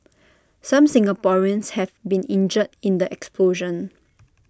some Singaporeans have been injured in the explosion